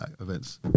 events